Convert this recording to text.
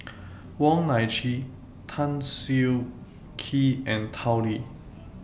Wong Nai Chin Tan Siah Kwee and Tao Li